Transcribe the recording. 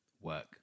work